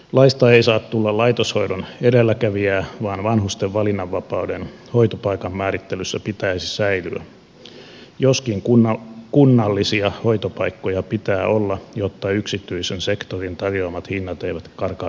laista ei saa tulla laitoshoidon edelläkävijää vaan vanhusten valinnanvapauden hoitopaikan määrittelyssä pitäisi säilyä joskin kunnallisia hoitopaikkoja pitää olla jotta yksityisen sektorin tarjoamat hinnat eivät karkaa käsistä